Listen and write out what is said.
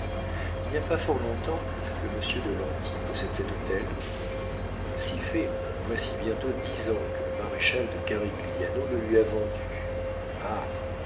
il n'y a pas fort long-temps que monsieur de lanty possède cet hôtel si fait voici bientôt dix ans que le maréchal de carigliano le lui a vendu ah